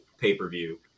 pay-per-view